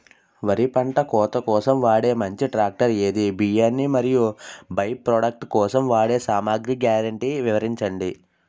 వరి పంట కోత కోసం వాడే మంచి ట్రాక్టర్ ఏది? బియ్యాన్ని మరియు బై ప్రొడక్ట్ కోసం వాడే సామాగ్రి గ్యారంటీ వివరించండి?